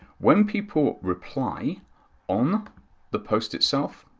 when people reply on the post itself,